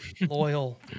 loyal